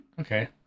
Okay